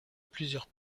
plusieurs